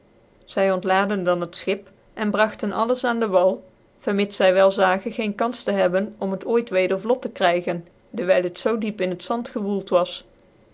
zy ontladc dan het schip en bragten alles aan de wal vermits zy wel zagen geen kan tc hebben om het ooit weder vlot te krygen dewyl het zoo diep in het zand gewoeld was